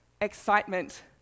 excitement